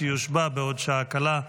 שיושבע בעוד שעה קלה.